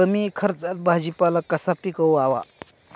कमी खर्चात भाजीपाला कसा पिकवावा?